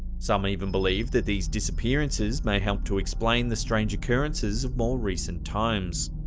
some even believe that these disappearances may help to explain the strange occurrences of more recent times.